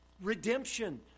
redemption